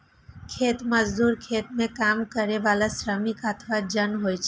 खेत मजदूर खेत मे काम करै बला श्रमिक अथवा जन होइ छै